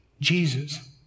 Jesus